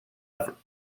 effort